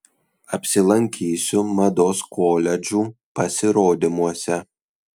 apsilankysiu mados koledžų pasirodymuose